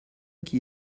qui